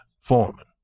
Foreman